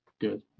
Good